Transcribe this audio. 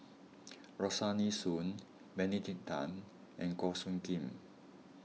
Rosaline Soon Benedict Tan and Goh Soo Khim